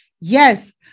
yes